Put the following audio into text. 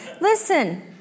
listen